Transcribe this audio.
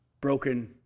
broken